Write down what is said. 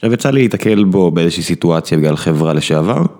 יצא לי להתקל בו באיזושהי סיטואציה בגלל חברה לשעבר.